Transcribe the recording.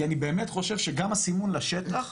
כי אני באמת חושב שגם הסימון לשטח,